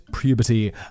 puberty